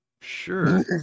Sure